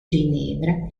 ginevra